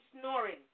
snoring